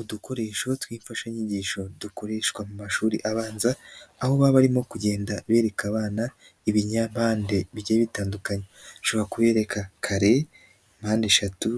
Udukoresho tw'imfashanyigisho dukoreshwa mu mashuri abanza aho baba barimo kugenda bereka abana ibinyampande bigiye bitandukanye, bashobora kubereka kare, impande eshatu